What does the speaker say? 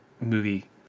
movie